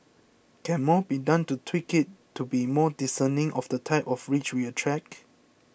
can more be done to tweak it to be more discerning of the type of rich we attract